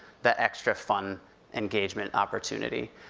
that extra fun engagement opportunity.